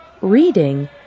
reading